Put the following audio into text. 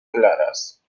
claras